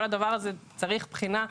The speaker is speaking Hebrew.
כל הדבר הזה מחייב בחינה,